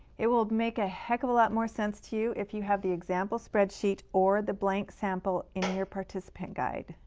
it will make a heck of a lot more sense to you if you have the example spreadsheet or the blank sample in your participant guide.